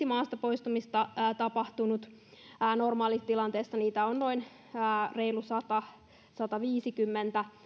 maasta poistamista normaalitilanteessa niitä on reilut sata viiva sataviisikymmentä